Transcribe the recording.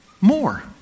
more